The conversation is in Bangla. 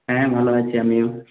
হ্যাঁ ভালো আছি আমিও